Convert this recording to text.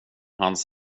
hans